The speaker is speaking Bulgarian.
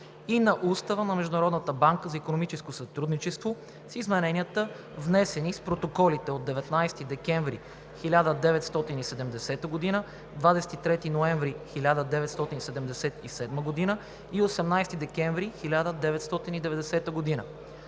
и на Устава на Международната банка за икономическо сътрудничество (с измененията, внесени с протоколите от 18 декември 1970 г., 23 ноември 1977 г. и 18 декември 1990 г.),